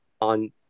on